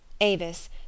Avis